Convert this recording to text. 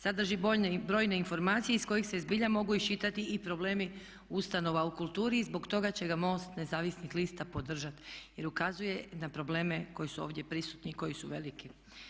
Sadrži brojne informacije iz kojih se zbilja mogu iščitati i problemi ustanova u kulturi i zbog toga će ga MOST nezavisnih lista podržati jer ukazuje na probleme koji su ovdje prisutni i koji su veliki.